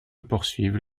poursuivirent